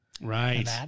Right